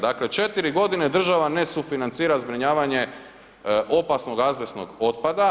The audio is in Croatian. Dakle četiri godine država ne sufinancira zbrinjavanje opasnog azbestnog otpada.